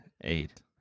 eight